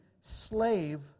slave